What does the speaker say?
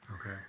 Okay